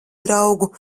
draugu